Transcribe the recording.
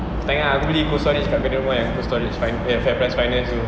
aku tak ingat ah aku beli Cold Storage kat kedai tu ah yang Cold Storage yang Fairprice Finest tu